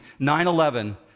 9-11